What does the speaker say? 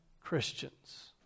Christians